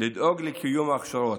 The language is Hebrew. לדאוג לקיום ההכשרות,